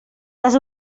les